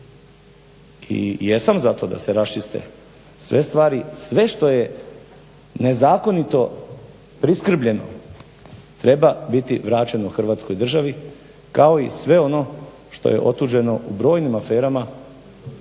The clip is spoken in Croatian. I jesam za to da se raščiste sve stvari, sve što je nezakonito priskrbljeno treba biti vraćeno Hrvatskoj državi kao i sve ono što je otuđeno u brojnim aferama